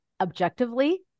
objectively